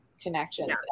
connections